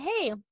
Hey